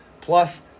plus